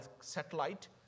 satellite